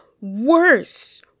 worse